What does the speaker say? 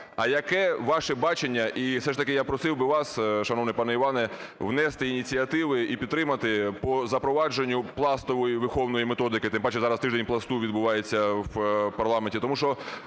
а яке ваше бачення… І все ж таки я просив би вас, шановний пане Іване, внести ініціативи і підтримати по запровадженню пластової виховної методики, тим паче зараз тиждень "Пласту" відбувається в парламенті.